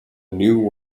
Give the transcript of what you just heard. new